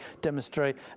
demonstrate